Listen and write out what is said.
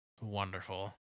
Wonderful